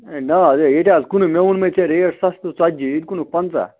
ہَے نا حظ ییٚتہِ حظ کُنی مےٚ ؤنۍ مےَ ژےٚ ریٹ سَستہٕ ژتجِی ییٚتہِ کُنُکھ پَنٛژہ